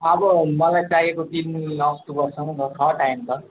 अब मलाई चाहिएको तिन अक्टोबरसम्म हो छ टाइम त